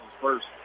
first